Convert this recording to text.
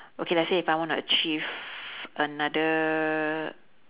okay let's say if I wanna achieve another